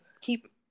Keep